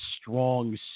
strong